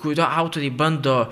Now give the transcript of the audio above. kurio autoriai bando